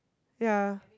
ya